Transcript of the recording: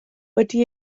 wedi